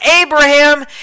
Abraham